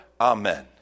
Amen